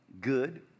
good